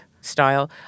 style